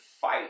fight